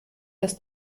das